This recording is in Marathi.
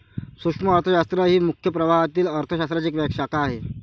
सूक्ष्म अर्थशास्त्र ही मुख्य प्रवाहातील अर्थ शास्त्राची एक शाखा आहे